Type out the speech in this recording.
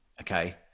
Okay